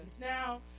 Now